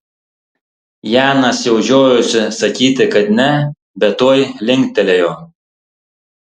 janas jau žiojosi sakyti kad ne bet tuoj linktelėjo